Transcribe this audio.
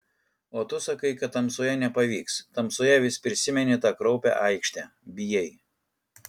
o tu sakai kad tamsoje nepavyks tamsoje vis prisimeni tą kraupią aikštę bijai